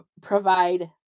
provide